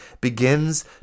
begins